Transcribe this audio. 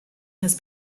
has